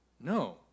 No